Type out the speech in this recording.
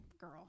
girl